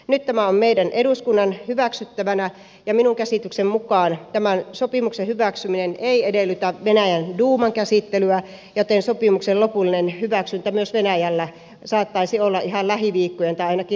nyt tämä on meidän eduskunnan hyväksyttävänä ja minun käsitykseni mukaan tämän sopimuksen hyväksyminen ei edellytä venäjän duuman käsittelyä joten sopimuksen lopullinen hyväksyntä myös venäjällä saattaisi olla ihan lähiviikkojen tai ainakin lähikuukausien asia